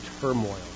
turmoil